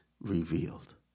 revealed